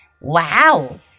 Wow